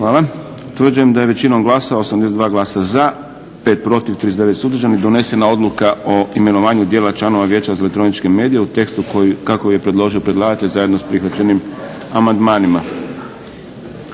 Hvala. Utvrđujem da je većinom glasova 82 glasa za, 5 protiv, 39 suzdržan donesena Odluka o imenovanju djela članova Vijeća za elektroničke medije u tekstu kako je predložio predlagatelj zajedno s prihvaćenim amandmanima.